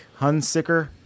Hunsicker